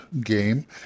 game